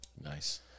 Nice